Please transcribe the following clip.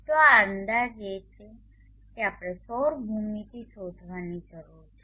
તો આ અંદાજ એ છે કે આપણે સૌર ભૂમિતિથી શોધવાની જરૂર છે